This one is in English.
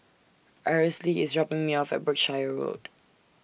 Aracely IS dropping Me off At Berkshire Road